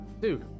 Dude